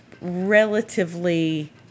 relatively